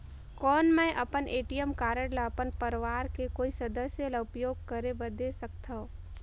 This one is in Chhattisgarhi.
कौन मैं अपन ए.टी.एम कारड ल अपन परवार के कोई सदस्य ल उपयोग करे बर दे सकथव?